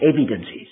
evidences